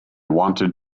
wanted